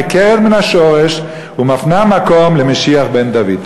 נעקרת מן השורש ומפנה מקום למשיח בן דוד.